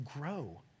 grow